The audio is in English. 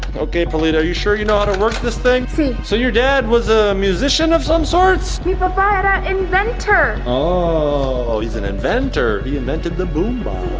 okay, perlita, are you sure you know how to work this thing so your dad was a musician of some sort? mi papa era inventor. oh, he's an inventor. he invented the boombox.